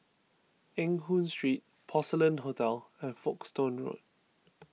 Eng Hoon Street Porcelain Hotel and Folkestone Road